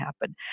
happen